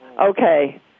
Okay